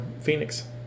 Phoenix